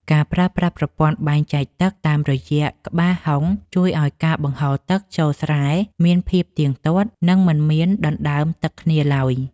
ការប្រើប្រាស់ប្រព័ន្ធបែងចែកទឹកតាមរយៈក្បាលហុងជួយឱ្យការបង្ហូរទឹកចូលស្រែមានភាពទៀងទាត់ និងមិនមានដណ្តើមទឹកគ្នាឡើយ។